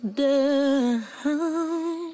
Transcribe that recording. down